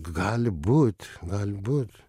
g gali būt gali būt